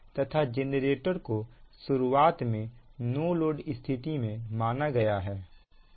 तथा जेनरेटर को शुरुआत में नो लोड स्थिति में में माना गया है